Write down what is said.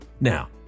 Now